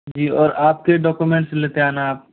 जी और आपके डॉक्यूमेंट्स लेते आना आप